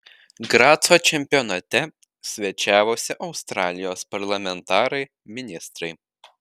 graco čempionate svečiavosi australijos parlamentarai ministrai